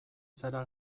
zara